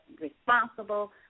responsible